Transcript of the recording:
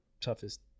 toughest